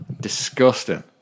Disgusting